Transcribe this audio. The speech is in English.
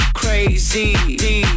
crazy